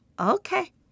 Okay